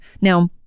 Now